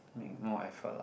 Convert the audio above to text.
make more effort lah